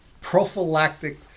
prophylactic